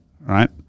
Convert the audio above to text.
right